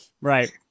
Right